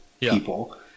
people